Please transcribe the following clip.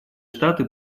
штаты